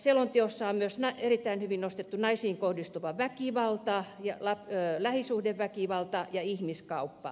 selonteossa on myös erittäin hyvin nostettu naisiin kohdistuva väkivalta lähisuhdeväkivalta ja ihmiskauppa